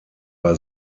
bei